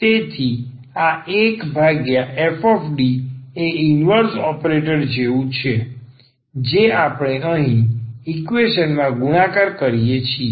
તેથી આ 1fD એ ઈનવર્ઝ ઓપરેટર જેવું છે જે આપણે અહીં આ ઈકવેશન માં ગુણાકાર કરીએ છીએ